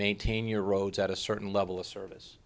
maintain your roads at a certain level of service